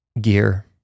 gear